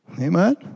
Amen